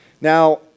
Now